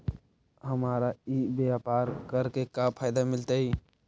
हमरा ई व्यापार करके का फायदा मिलतइ?